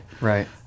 Right